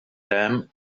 them